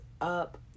up